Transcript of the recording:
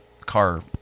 Car